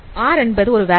r என்பது ஒரு value